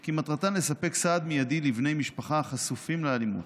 כי מטרתן לספק סעד מיידי לבני משפחה החשופים לאלימות.